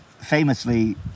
Famously